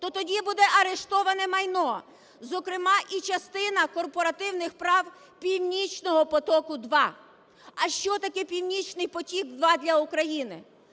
то тоді буде арештоване майно, зокрема, і частина корпоративних прав "Північного потоку-2". А що таке "Північний потік-2" для України?